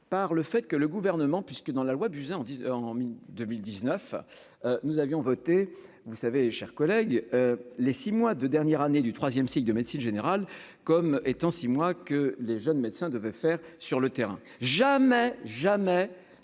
par le fait que le gouvernement puisque dans la loi Buzyn dit en 2019 nous avions voté, vous savez, chers collègues, les six mois de dernière année du 3ème cycle de médecine générale comme étant six mois que les jeunes médecins devaient faire sur le terrain, jamais, jamais,